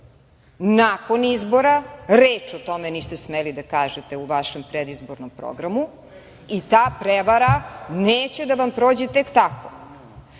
Nakon izbora reč o tome niste smeli da kažete u vašem predizbornom programu i ta prevara neće da vam prođe tek tako.